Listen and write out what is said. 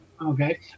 Okay